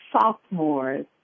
sophomores